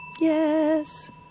Yes